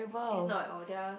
it's not at all there're